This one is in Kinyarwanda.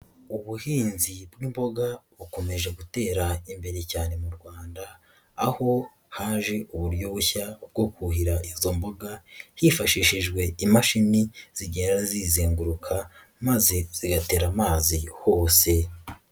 Ubuhinzi bw'imboga bukomeje gutera imbere cyane mu Rwanda aho haje uburyo bushya bwo kuhira izo mboga, hifashishijwe imashini zigenda zizenguruka maze zigatera amazi hose.